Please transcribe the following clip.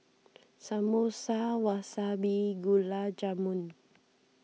Samosa Wasabi Gulab Jamun